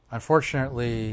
Unfortunately